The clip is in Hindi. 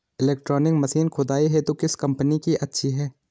इलेक्ट्रॉनिक मशीन खुदाई हेतु किस कंपनी की अच्छी है?